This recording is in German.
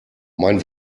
mein